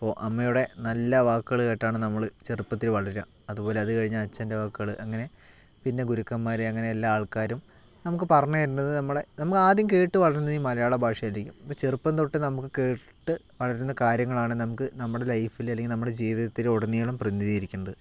ഇപ്പോൾ അമ്മയുടെ നല്ല വാക്കുകൾ കേട്ടാണ് നമ്മള് ചെറുപ്പത്തില് വളര അതുപോലെ അത്കഴിഞ്ഞ് അച്ഛൻറെ വാക്കുകള് അങ്ങനെ പിന്നെ ഗുരുക്കൻമാര് അങ്ങനെ എല്ലാ ആൾക്കാരും നമുക്ക് പറഞ്ഞു തരുന്നത് നമ്മളെ നമ്മള് ആദ്യം കേട്ടുവളരുന്നത് ഈ മലയാള ഭാഷയായിരിക്കും ഇപ്പോൾ ചെറുപ്പം തൊട്ട് നമുക്ക് കേട്ട് വളരുന്ന കാര്യങ്ങളാണ് നമക്ക് നമ്മുടെ ലൈഫിൽ അല്ലെങ്കിൽ നമ്മുടെ ജീവിതത്തില് ഉടനീളം പ്രതിനിധികരിക്കണ്ടത്